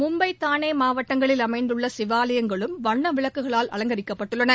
மும்பை தானே மாவட்டங்களில் அமைந்துள்ள சிவாலயங்களும் வண்ண விளக்குகளால் அலங்கரிக்கப்பட்டுள்ளன